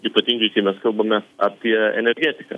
ypatingai kai mes kalbame apie energetiką